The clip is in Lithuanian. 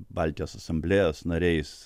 baltijos asamblėjos nariais